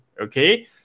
okay